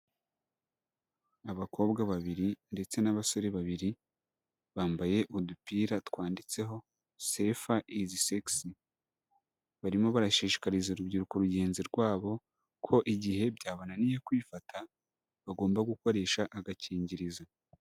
Abakobwa babiri ndetse n'abasore babiri bambaye udupira twanditseho sefer is sex, barimo barashishikariza urubyiruko rugenzi rwabo ko igihe byabananiye kwifata bagomba gukoresha agakingirizo.